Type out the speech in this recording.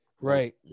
Right